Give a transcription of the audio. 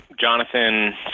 Jonathan